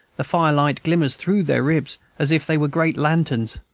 the firelight glimmers through their ribs, as if they were great lanterns.